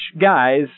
guys